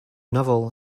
novel